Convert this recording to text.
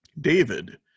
David